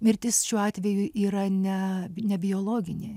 mirtis šiuo atveju yra ne nebiologinė